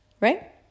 right